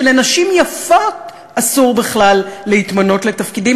שלנשים יפות אסור בכלל להתמנות לתפקידים